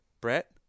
Brett